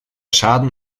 schaden